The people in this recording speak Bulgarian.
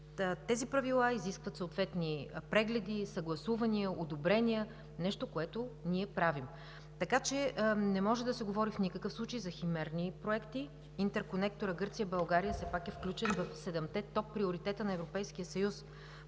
Тези правила изискват съответни прегледи, съгласувания, одобрения – нещо, което ние правим. В никакъв случай не може да се говори за химерни проекти. Интерконекторът Гърция – България все пак е включен в седемте топ приоритета на Европейския съюз.